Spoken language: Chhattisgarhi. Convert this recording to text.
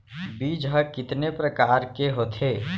बीज ह कितने प्रकार के होथे?